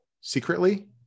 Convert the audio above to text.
secretly